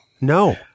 No